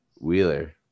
Wheeler